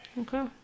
Okay